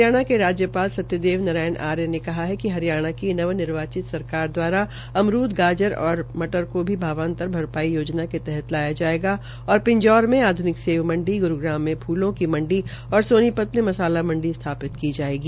हरियाणा के राज्यपाल सत्य देव नारायण आर्य ने कहा है कि हरियाणा की नवनिर्वार्चित सरकार द्वारा अमरूद गाजर और मटर को भी भावांतर भरपाई योजना के तहत लाया जायेग और पिंजौर में आध्निक सेब मंडी ग्रूग्राम में फूलों की मंडी और सोनीपत में मसाला मंडी स्थापित की जायेगी